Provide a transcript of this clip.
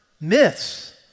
Myths